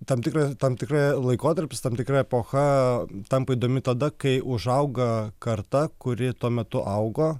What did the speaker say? tam tikra tam tikra laikotarpis tam tikra epocha tampa įdomi tada kai užauga karta kuri tuo metu augo